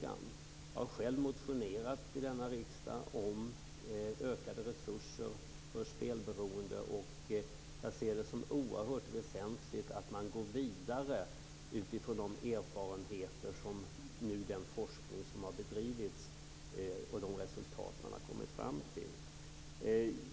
Jag har själv motionerat i riksdagen om ökade resurser för åtgärder mot spelberoende, och jag ser det som oerhört väsentligt att man går vidare med erfarenheterna från den forskning som har bedrivits och de resultat som man har kommit fram till.